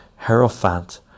Herophant